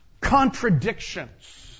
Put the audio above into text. contradictions